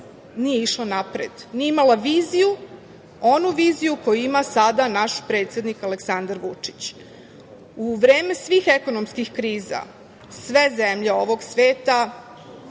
nije išla napred, nije imala viziju koju ima sada naš predsednik Aleksandar Vučić.U vreme svih ekonomskih kriza sve zemlje ovog sveta